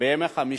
בימי שלישי,